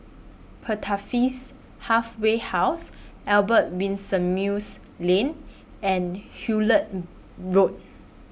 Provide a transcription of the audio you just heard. Pertapis Halfway House Albert Winsemius Lane and Hullet Road